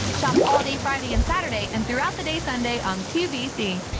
shop all day friday and saturday and throughout the day sunday on qvc.